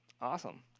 Awesome